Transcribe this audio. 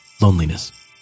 Loneliness